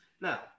Now